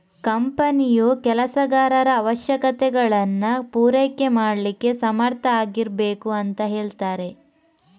ಕಂಪನಿಯು ಕೆಲಸಗಾರರ ಅವಶ್ಯಕತೆಗಳನ್ನ ಪೂರೈಕೆ ಮಾಡ್ಲಿಕ್ಕೆ ಸಮರ್ಥ ಆಗಿರ್ಬೇಕು ಅಂತ ಹೇಳ್ತಾರೆ